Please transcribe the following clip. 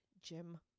Jim